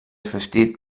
versteht